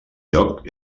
lloc